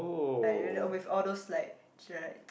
like with all those like Jack